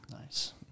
Nice